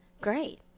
great